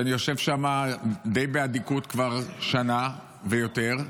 ואני יושב שם די באדיקות כבר שנה ויותר.